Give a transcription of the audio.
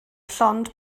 llond